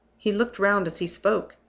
he looked round as he spoke.